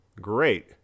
Great